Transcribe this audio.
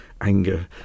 Anger